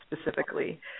specifically